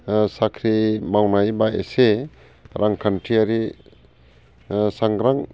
साख्रि मावनाय बा एसे रांखान्थियारि सांग्रां